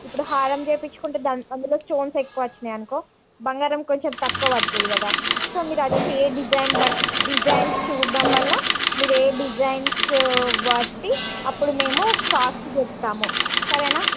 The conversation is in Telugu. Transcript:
ఇప్పుడు హారం చేపించుకుంటే అందులో స్టోన్స్ ఎక్కువ వచ్చినాయనుకో బంగారం కొంచెం తక్కువ పడుతుంది కదా సో మీరు వచ్చి డిజైన్ బట్టి డిజైన్స్ డిజైన్స్ చూడడం వల్ల మీరు ఏ డిజైన్సు బట్టి అప్పుడు మేము కాస్ట్ చెప్తాము సరేనా